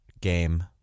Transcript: game